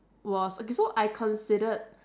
was okay so I considered